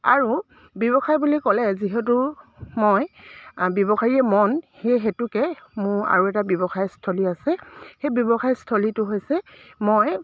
আৰু ব্যৱসায় বুলি ক'লে যিহেতু মই ব্যৱসায়ীয়ে মন সেয়ে হেতুকে মোৰ আৰু এটা ব্যৱসায়স্থলী আছে সেই ব্যৱসায়স্থলীটো হৈছে মই